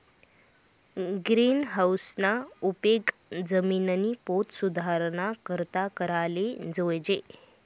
गिरीनहाऊसना उपेग जिमिननी पोत सुधाराना करता कराले जोयजे